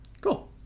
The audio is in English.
Cool